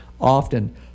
often